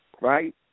right